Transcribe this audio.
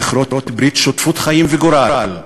נכרות ברית שותפות חיים וגורל,